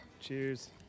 Cheers